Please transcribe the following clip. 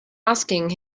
asking